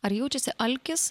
ar jaučiasi alkis